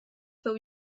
féu